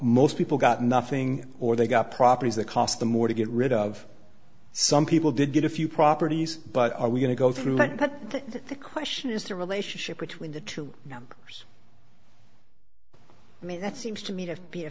most people got nothing or they got properties that cost them more to get rid of some people did get a few properties but are we going to go through that but the question is the relationship between the two numbers i mean that seems to me to be a